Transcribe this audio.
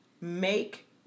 make